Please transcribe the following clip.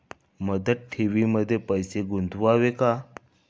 मुदत ठेवींमध्ये पैसे गुंतवावे का?